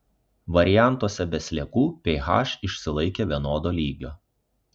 variantuose be sliekų ph išsilaikė vienodo lygio